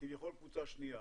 כביכול קבוצה שנייה,